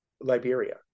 Liberia